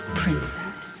princess